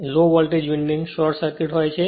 જ્યાં low voltage winding short circuit હોય છે